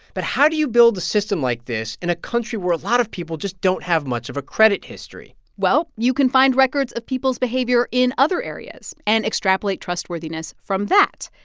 but how do you build a system like this in a country where a lot of people just don't have much of a credit history? well, you can find records of people's behavior in other areas and extrapolate trustworthiness from that.